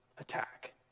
attack